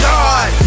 God